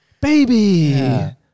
baby